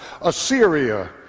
Assyria